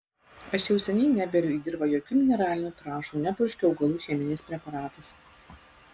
aš jau seniai neberiu į dirvą jokių mineralinių trąšų nepurškiu augalų cheminiais preparatais